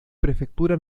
prefectura